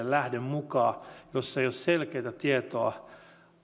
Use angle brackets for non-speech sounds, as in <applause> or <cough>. <unintelligible> lähde mukaan tällaiseen sopimukseen jossa ei ole selkeätä tietoa